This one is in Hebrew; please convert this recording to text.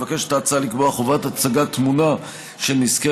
מבקשת ההצעה לקבוע חובת הצגת תמונה של נזקי